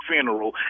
funeral